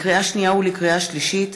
לקריאה שנייה ולקריאה שלישית: